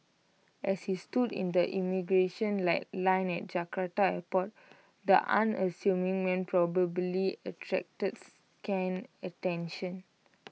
as he stood in the immigration line at Jakarta airport the unassuming man probably attracted scant attention